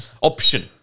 Option